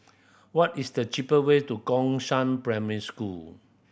what is the cheapest way to Gongshang Primary School